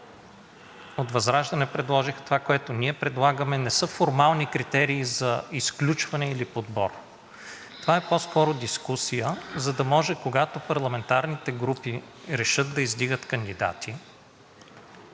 от ВЪЗРАЖДАНЕ, това, което ние предлагаме, не са формални критерии за изключване или подбор. Това по-скоро е дискусия, за да може, когато парламентарните групи решат да издигат кандидати,